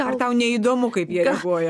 ar tau neįdomu kaip jie reaguoja